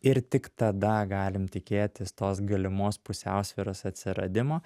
ir tik tada galim tikėtis tos galimos pusiausvyros atsiradimo